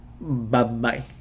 Bye-bye